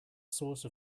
source